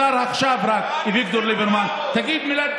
השר עכשיו, אביגדור ליברמן, תגיד מילת תודה,